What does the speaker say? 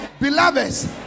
beloveds